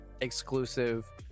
exclusive